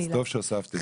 אז טוב שהוספת את זה.